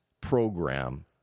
program